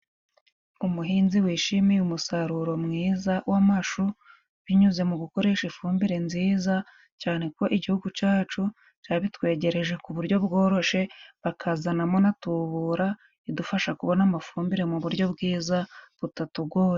Umuhinzi wishimiye umusaruro mwiza w'amashu, binyuze mu gukoresha ifumbire nziza cyane ko Igihugu cyacu cyabitwegereje ku buryo bworoshye, bakazanamo na tubura idufasha kubona amafumbire mu buryo bwiza butatugora.